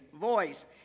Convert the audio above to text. voice